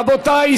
רבותי,